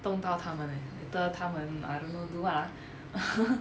动到他们 eh later 他们 I don't know do what ah